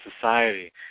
society